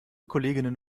kolleginnen